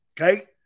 Okay